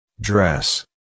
dress